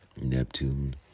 Neptune